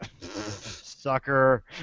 Sucker